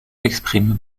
exprime